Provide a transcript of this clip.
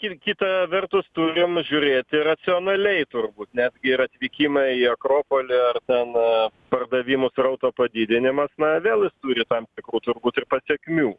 ir kita vertus turim žiūrėti racionaliai turbūt nesgi ir atvykimai į akropolį ar ten pardavimų srauto padidinimas na vėl jis turi tam tikrų turbūt ir pasekmių